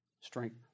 Strength